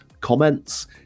comments